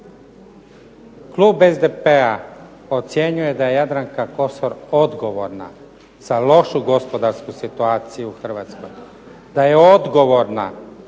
Klub SDP-a ocjenjuje da je Jadranka Kosor odgovorna za lošu gospodarsku situaciju u Hrvatskoj, da je odgovorna